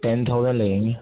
ten thousand لگیں گے